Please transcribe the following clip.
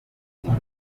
kigali